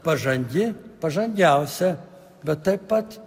pažangi pažangiausia bet taip pat